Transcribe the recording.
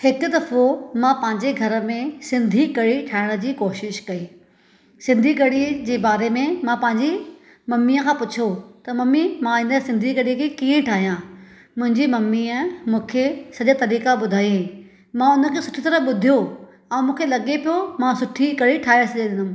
हिकु दफ़ो मां पंहिंजे घर में सिंधी कढ़ी ठाहिण जी कोशिशि कयईं सिंधी कढ़ी जे बारे मे मां पंहिंजी मम्मीअ खां पुछो त मम्मी मां इन सिंधी कढ़ीअ खे कीअं ठाहियां मुंहिंजी मम्मीअ मूंखे सॼा तरीक़ा बुधायईं मां उन खे सुठी तरह बुधियो ऐं मूंखे लगे पियो मां सुठी कढ़ी ठाही सघंदमि